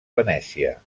venècia